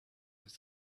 was